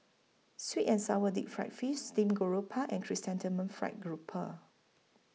Sweet and Sour Deep Fried Face Steamed Grouper and Chrysanthemum Fried Grouper